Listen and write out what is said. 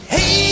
Hey